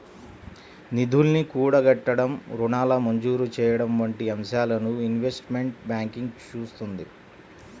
నిధుల్ని కూడగట్టడం, రుణాల మంజూరు చెయ్యడం వంటి అంశాలను ఇన్వెస్ట్మెంట్ బ్యాంకింగ్ చూత్తుంది